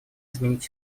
изменить